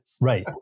Right